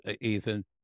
Ethan